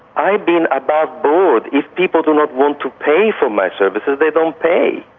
i've been above board. if people do not want to pay for my services, they don't pay.